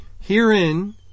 Herein